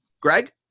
Greg